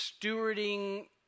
stewarding